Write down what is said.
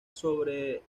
sobre